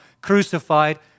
crucified